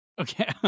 Okay